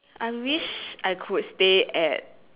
I wish I could stay at